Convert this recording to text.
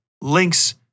Links